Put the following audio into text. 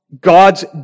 God's